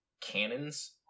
cannons